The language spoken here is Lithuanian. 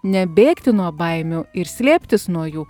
nebėgti nuo baimių ir slėptis nuo jų